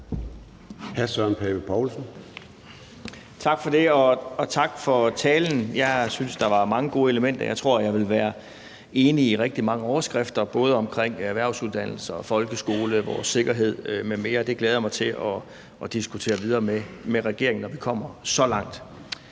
Tak for det, og tak for talen. Jeg synes, der var mange gode elementer. Jeg tror, jeg vil være enig i rigtig mange overskrifter, både om erhvervsuddannelser, folkeskole, vores sikkerhed m.m. Det glæder jeg mig til at diskutere videre med regeringen, når vi kommer så langt.